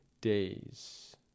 days